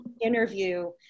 interview